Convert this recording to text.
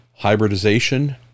hybridization